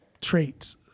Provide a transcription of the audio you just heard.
traits